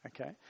okay